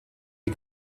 die